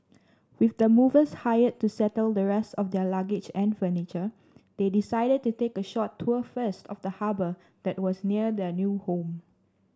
with the movers hired to settle the rest of their luggage and furniture they decided to take a short tour first of the harbour that was near their new home